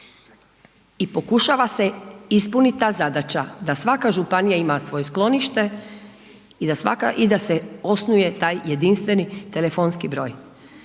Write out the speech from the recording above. i pokušava ispunit ta zadaća, da svaka županija ima svoje sklonište i da se osnuje taj jedinstveni telefonski broj